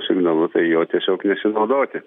signalu tai jo tiesiog nesinaudoti